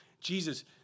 Jesus